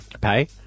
Pay